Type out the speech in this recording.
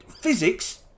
physics